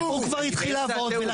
הוא כבר התחיל לעבוד.